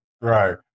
Right